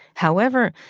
however,